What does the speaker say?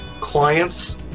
clients